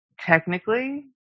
technically